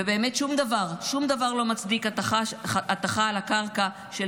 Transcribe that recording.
ובאמת שום דבר לא מצדיק הטחה על הקרקע של